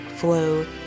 flow